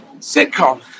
sitcom